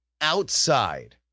outside